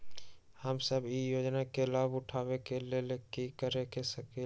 हम सब ई योजना के लाभ उठावे के लेल की कर सकलि ह?